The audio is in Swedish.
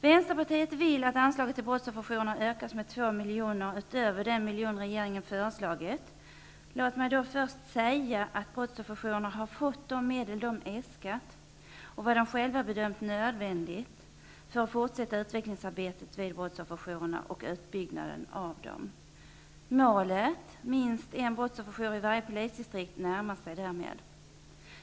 Vänsterpartiet vill att anslaget till brottsofferjourerna ökas med 2 miljoner utöver den miljon regeringen föreslagit. Låt mig då först säga att brottsofferjourerna har fått de medel de äskat och vad de själva bedömt som nödvändigt för att fortsätta utvecklingsarbetet vid brottsofferjourerna och utbyggnaden av dem. Målet -- minst en brottsofferjour i varje polisdistrikt -- närmar sig därmed.